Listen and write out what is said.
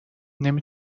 نمی